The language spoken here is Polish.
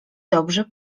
dobrze